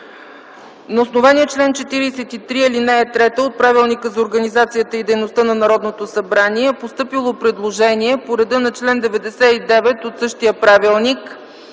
На основание чл. 43, ал. 3 от Правилника за организацията и дейността на Народното събрание е постъпило предложение по реда на чл. 99 от същия правилник